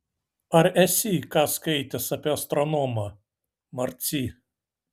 ar esi ką skaitęs apie astronomą marcy